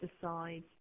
decide